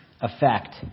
effect